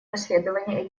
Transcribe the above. расследования